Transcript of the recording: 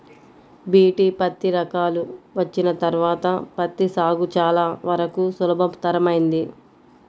BT పత్తి రకాలు వచ్చిన తర్వాత పత్తి సాగు చాలా వరకు సులభతరమైంది